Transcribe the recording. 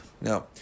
Now